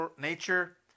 nature